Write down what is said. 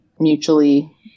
mutually